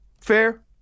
Fair